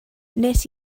wnes